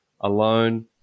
alone